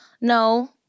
No